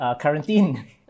quarantine